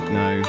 no